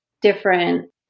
different